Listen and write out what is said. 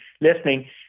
listening